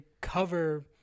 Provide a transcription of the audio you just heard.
cover